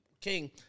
king